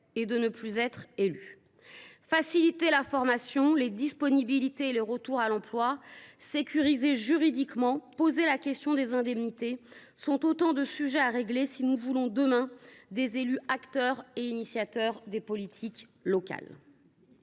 et de ne plus être élu. Faciliter la formation, les disponibilités et le retour à l’emploi, sécuriser juridiquement les élus, revoir les indemnités : autant de sujets à régler si nous voulons, demain, que les élus soient acteurs et initiateurs des politiques locales.